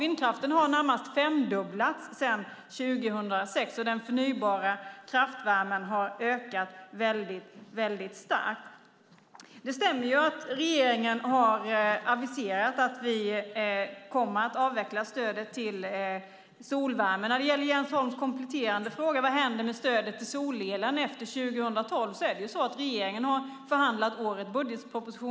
Vindkraften har närmast femdubblats sedan 2006, och den förnybara kraftvärmen har ökat väldigt starkt. Det stämmer att regeringen har aviserat att vi kommer att avveckla stödet till solvärme. När det gäller Jens Holms kompletterande fråga vad som händer med stödet till solelen efter 2012 har regeringen förhandlat årets budgetproposition.